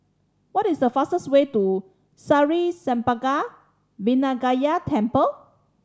what is the fastest way to Sri Senpaga Vinayagar Temple